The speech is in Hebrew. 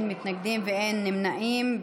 אין מתנגדים ואין נמנעים,